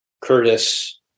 Curtis